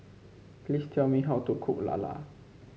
please tell me how to cook lala